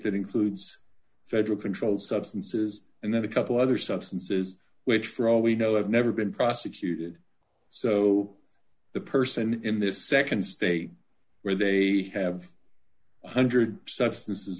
that includes federal controlled substances and then a couple other substances which for all we know have never been prosecuted so the person in this nd state where they have one hundred substances